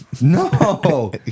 No